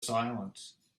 silence